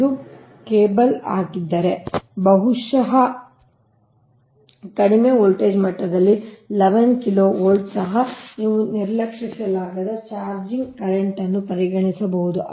ಇದು ಕೇಬಲ್ ಆಗಿದ್ದರೆ ಬಹುಶಃ ಕಡಿಮೆ ವೋಲ್ಟೇಜ್ ಮಟ್ಟದಲ್ಲಿ 11 KV ಸಹ ನೀವು ನಿರ್ಲಕ್ಷಿಸಲಾಗದ ಚಾರ್ಜಿಂಗ್ ಕರೆಂಟ್ ಅನ್ನು ಪರಿಗಣಿಸಬೇಕು